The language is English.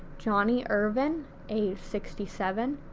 johnnie ervin age sixty seven,